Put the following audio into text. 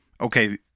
okay